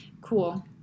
Cool